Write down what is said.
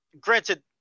Granted